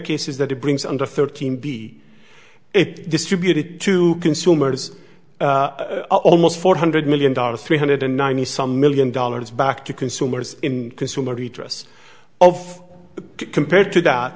cases that it brings under thirteen b it distributed to consumers almost four hundred million dollars three hundred and ninety some million dollars back to consumers in consumer redress of compared to that